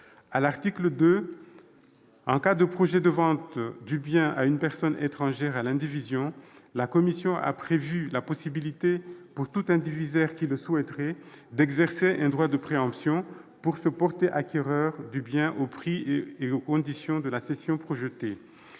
À l'article 2, en cas de projet de vente du bien à une personne étrangère à l'indivision, la commission a prévu la possibilité, pour tout indivisaire qui le souhaiterait, d'exercer un droit de préemption pour se porter acquéreur du bien aux prix et conditions de la cession projetée.